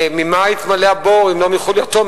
ממה יתמלא הבור אם לא מחולייתו?